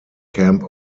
camp